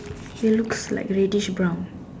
it looks like reddish brown